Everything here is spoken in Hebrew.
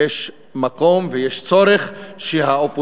יש מקום ויש צורך שהאופוזיציה,